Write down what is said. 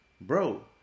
bro